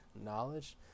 knowledge